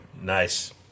Nice